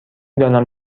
دانم